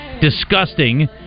disgusting